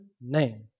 name